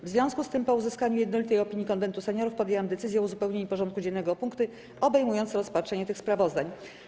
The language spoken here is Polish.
W związku z tym, po uzyskaniu jednolitej opinii Konwentu Seniorów, podjęłam decyzję o uzupełnieniu porządku dziennego o punkty obejmujące rozpatrzenie tych sprawozdań.